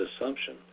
assumption